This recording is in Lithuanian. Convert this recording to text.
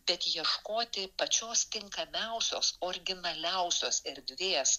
bet ieškoti pačios tinkamiausios originaliausios erdvės